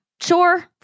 Sure